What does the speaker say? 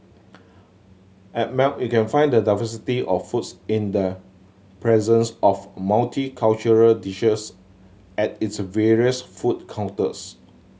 at Melt you can find the diversity of foods in the presence of multicultural dishes at its various food counters